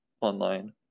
online